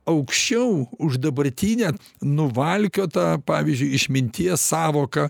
aukščiau už dabartinę nuvalkiotą pavyzdžiui išminties sąvoką